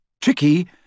Tricky